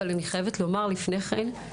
אבל אני חייבת לומר לפני כן,